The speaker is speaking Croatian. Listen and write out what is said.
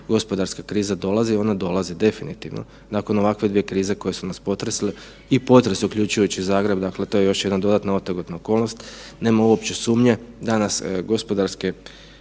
gospodarska kriza dolazi, ona dolazi definitivno nakon ovakve dvije krize koje su nas potresle i potres uključujući i Zagreb, dakle to je još jedna dodatna otegotna okolnost. Nema uopće sumnje, danas gospodarske,